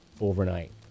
overnight